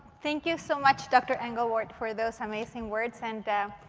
thank you so much, dr. engelward, for those amazing words. and